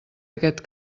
aquest